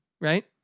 right